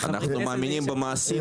אנחנו מאמינים במעשים,